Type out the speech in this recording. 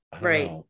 right